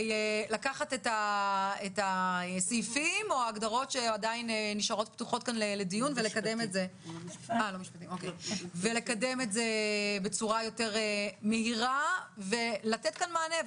את הסעיפים הפתוחים וננסה לקדם את זה בצורה יותר מהירה ולתת כאן מענה.